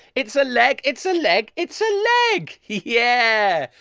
it's a leg, it's a leg, it's a leg! yeah!